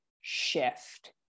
shift